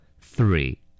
Three